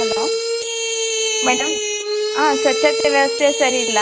hello madam ಆಂ ಸ್ವಚ್ಛತೆ ವ್ಯವಸ್ಥೆ ಸರಿಯಿಲ್ಲ